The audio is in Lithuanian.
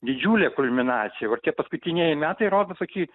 didžiulė kulminacija va tie paskutinieji metai rodo tokį